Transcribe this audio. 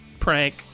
Prank